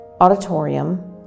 auditorium